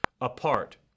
apart